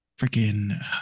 freaking